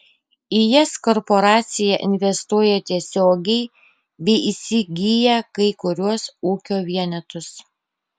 į jas korporacija investuoja tiesiogiai bei įsigyja kai kuriuos ūkio vienetus